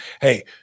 hey